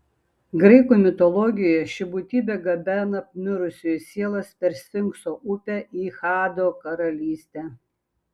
graikų mitologijoje ši būtybė gabena mirusiųjų sielas per sfinkso upę į hado karalystę